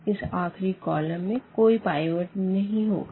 इस आखिरी कॉलम में कोई पाइवट नहीं होगा